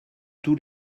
tous